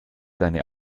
seine